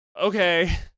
okay